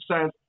says